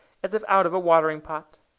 as if out of a watering-pot.